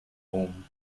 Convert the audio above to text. home